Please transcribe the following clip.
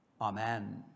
Amen